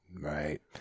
Right